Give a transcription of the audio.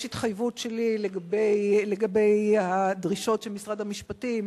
יש התחייבות שלי בנוגע לדרישות של משרד המשפטים